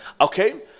Okay